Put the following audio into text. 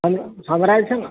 हमरा जे छै न